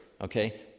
okay